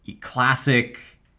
classic